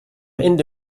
ende